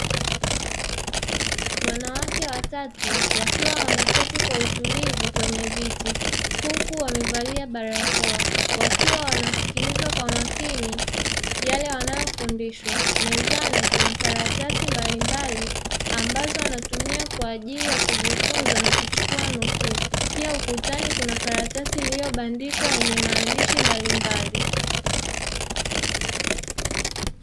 wanawake watatu wakiwa wameketii kwa utulivu kwenye viti huku wamevalia barakoa wakiwa wanasikiliza kwa makini yale wanayofundishwa, mezani kuna karatasi mbalimbali ambazo wanatumia kwa ajili ya kujifunza na kuchukua nukuu. Pia kuna karatasi ilibandikwa yenye maandishi mbalimbali.